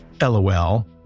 LOL